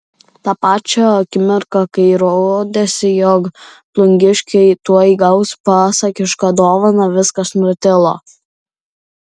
tą pačią akimirką kai rodėsi jog plungiškiai tuoj gaus pasakišką dovaną viskas nutilo